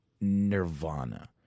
Nirvana